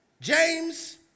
James